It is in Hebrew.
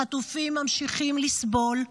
החטופים ממשיכים לסבול,